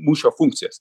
mūšio funkcijas